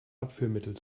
abführmittel